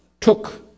took